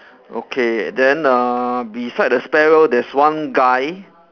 okay then uh beside the spare wheel there's one guy